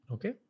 Okay